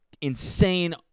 insane